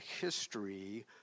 history